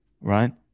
Right